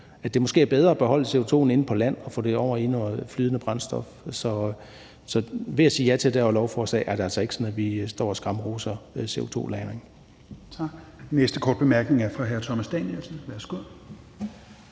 er det bedre at beholde CO2'en inde på land og få det over i noget flydende brændstof. Så ved at sige ja til det her lovforslag er det altså ikke sådan, at vi står og skamroser CO2-lagring.